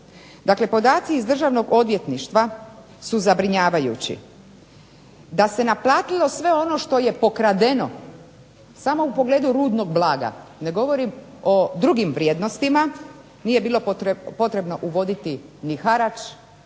Dakle, podaci iz Državnog odvjetništva su zabrinjavajući. Da se naplatilo sve ono što je pokradeno samo u pogledu rudnog blaga, ne govorim o drugim vrijednostima, nije bilo potrebno uvoditi ni harač